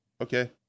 Okay